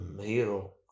hero